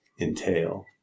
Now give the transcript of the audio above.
entail